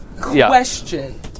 question